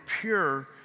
pure